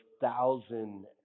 thousand